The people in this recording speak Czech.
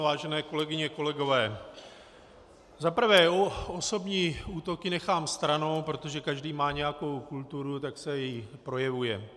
Vážené kolegyně, kolegové, za prvé, osobní útoky nechám stranou, protože každý má nějakou kulturu, tak se i projevuje.